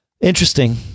Interesting